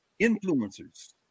Influencers